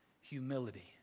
humility